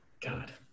god